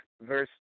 verse